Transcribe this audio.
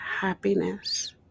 happiness